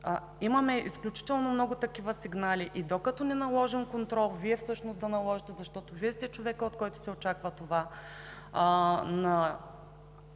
Имаме изключително много такива сигнали и докато не наложим контрол – Вие всъщност да наложите, защото Вие сте човекът, от който се очаква това